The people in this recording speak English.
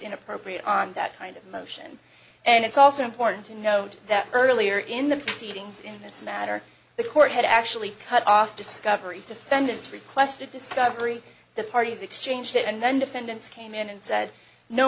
inappropriate on that kind of motion and it's also important to note that earlier in the proceedings in this matter the court had actually cut off discovery defendants requested discovery the parties exchanged it and then defendants came in and said no